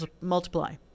multiply